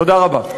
תודה רבה.